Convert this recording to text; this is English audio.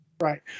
Right